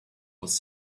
was